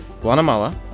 Guatemala